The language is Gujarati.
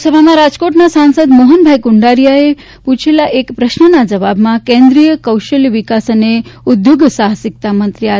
લોકસભામાં રાજકોટના સાંસદ મોહનભાઇ કુંડારીયાએ પૂછાયેલા એક પ્રશ્નના જવાબમાં કેન્દ્રીય કૌશલ્ય વિકાસ અને ઉઘોગ સાહસિકતા મંત્રી આર